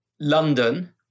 London